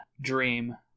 dream